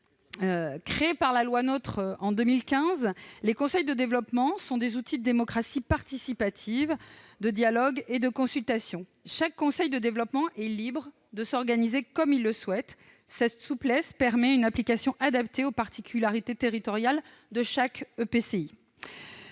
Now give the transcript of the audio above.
par la loi NOTRe en 2015, les conseils de développement sont des outils de démocratie participative, de dialogue et de consultation. Chaque conseil de développement est libre de s'organiser comme il le souhaite. Cette souplesse permet une application adaptée aux particularités territoriales de chaque EPCI.